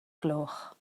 gloch